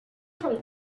from